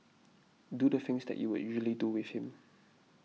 do the things that you would usually do with him